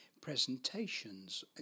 presentations